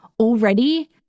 already